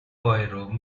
poirot